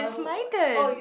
is my turn